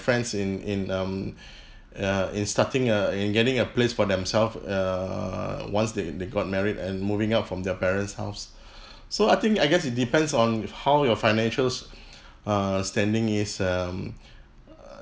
friends in in um uh in starting a in getting a place for themself err once they they got married and moving out from their parents house so I think I guess it depends on how your financial err standing is um err